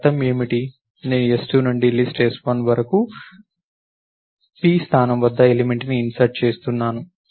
నేను s2 నుండి list s1 చివరి వరకు p స్థానం వద్ద ఎలిమెంట్ ని ఇన్సర్ట్ చేస్తున్నాను